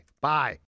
Bye